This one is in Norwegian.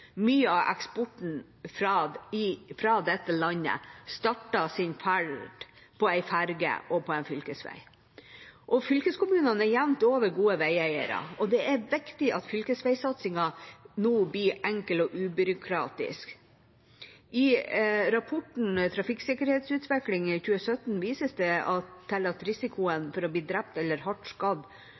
Mye av eksporten fra dette landet starter sin ferd på en ferge og på en fylkesvei. Fylkeskommunene er jevnt over gode veieiere, og det er viktig at fylkesveisatsingen nå blir enkel og ubyråkratisk. I rapporten Trafikksikkerhetsutviklingen 2017 vises det til at risikoen for å bli drept eller hardt skadd